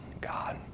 God